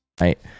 Right